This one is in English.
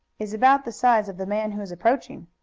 is about the size of the man who is approaching.